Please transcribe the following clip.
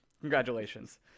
Congratulations